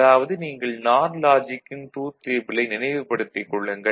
அதாவது நீங்கள் நார் லாஜிக்கின் ட்ரூத் டேபிளை நினைவுபடுத்திக் கொள்ளுங்கள்